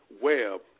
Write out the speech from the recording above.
Web